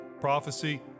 prophecy